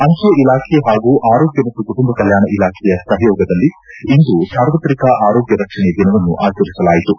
ಅಂಚೆ ಇಲಾಖೆ ಹಾಗೂ ಆರೋಗ್ಯ ಮತ್ತು ಕುಟುಂಬ ಕಲ್ಡಾಣ ಇಲಾಖೆಯ ಸಹಯೋಗದಲ್ಲಿ ಇಂದು ಸಾರ್ವತ್ರಿಕ ಆರೋಗ್ಣ ರಕ್ಷಣೆ ದಿನವನ್ನು ಆಚರಿಸಲಾಯಿತು